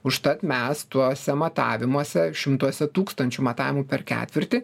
užtat mes tuose matavimuose šimtuose tūkstančių matavimų per ketvirtį